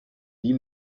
wie